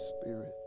Spirit